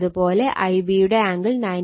അതുപോലെ Ib യുടെ angle 93